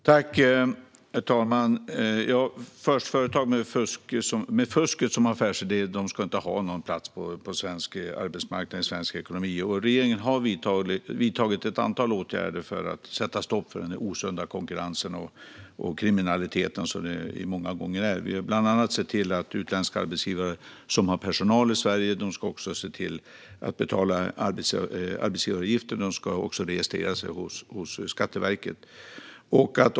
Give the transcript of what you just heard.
Herr talman! Företag med fusket som affärsidé ska inte ha någon plats på svensk arbetsmarknad eller i svensk ekonomi. Regeringen har vidtagit ett antal åtgärder för att sätta stopp för den osunda konkurrensen och för kriminaliteten, som det många gånger är. Vi har bland annat sett till att utländska arbetsgivare som har personal i Sverige ska betala arbetsgivaravgifter och registrera sig hos Skatteverket.